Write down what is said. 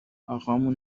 اقامون